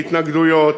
מהתנגדויות.